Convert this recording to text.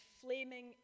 flaming